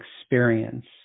experience